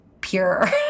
pure